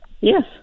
Yes